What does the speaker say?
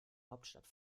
hauptstadt